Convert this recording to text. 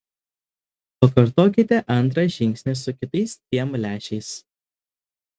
pakartokite antrą žingsnį su kitais dviem lęšiais